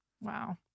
Wow